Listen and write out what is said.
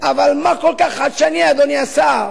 אבל מה כל כך חדשני, אדוני השר,